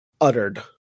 uttered